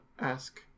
ask